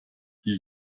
hier